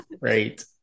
right